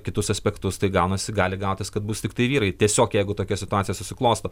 kitus aspektus tai gaunasi gali gautis kad bus tiktai vyrai tiesiog jeigu tokia situacija susiklosto